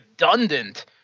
redundant